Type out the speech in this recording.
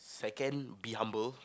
second be humble